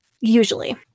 usually